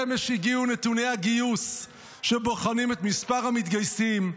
אמש הגיעו נתוני הגיוס שבוחנים את מספר המתגייסים.